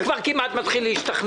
אפילו אני כבר מתחיל להשתכנע.